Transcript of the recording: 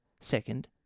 Second